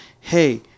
hey